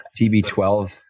tb12